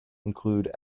include